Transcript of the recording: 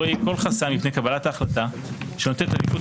לא יהיה כל חסם מפני קבלת ההחלטה שנותנת עדיפות